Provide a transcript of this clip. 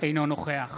אינו נוכח